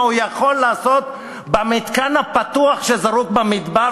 מה הוא יכול לעשות במתקן הפתוח שזרוק במדבר?